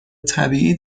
طبیعی